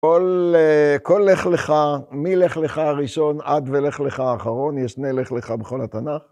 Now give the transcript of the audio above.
כל לך לך, מי לך לך הראשון, עד ולך לך האחרון, יש שני לך לך בכל התנ״ך.